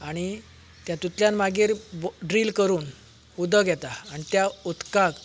आनी तातूंतल्यान मागीर ड्रील करून उदक येता आनी त्या उदकाक